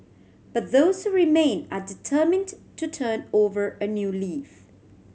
but those who remain are determined to turn over a new leaf